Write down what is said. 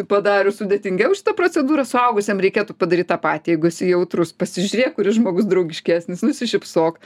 padarius sudėtingiau šitą procedūrą suaugusiam reikėtų padaryti tą patį jeigu esi jautrus pasižiūrėk kuris žmogus draugiškesnis nusišypsok